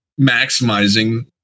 maximizing